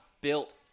built